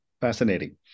Fascinating